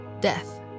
death